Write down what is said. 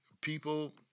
people